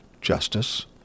justice